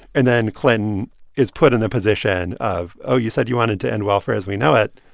and then clinton is put in the position of, oh, you said you wanted to end welfare as we know it.